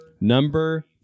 Number